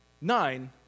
nine